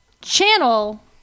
channel